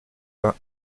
vingt